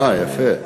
אה, יפה.